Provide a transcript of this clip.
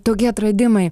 tokie atradimai